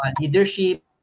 leadership